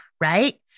right